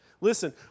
Listen